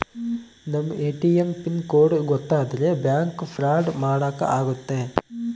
ನಮ್ ATM pin code ಗೊತ್ತಾದ್ರೆ bank fraud ಮಾಡಾಕ ಆಗುತ್ತೆ